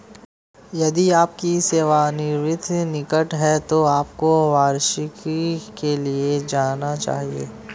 यदि आपकी सेवानिवृत्ति निकट है तो आपको वार्षिकी के लिए जाना चाहिए